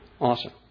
Awesome